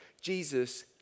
Jesus